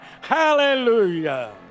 Hallelujah